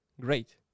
Great